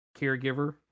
caregiver